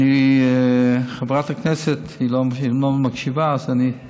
וחברת הכנסת, היא לא מקשיבה אנחנו